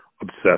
obsessed